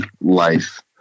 life